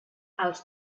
els